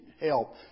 help